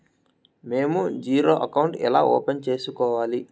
మేము zero account ఎలా open సేసుకోవాలి